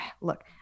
look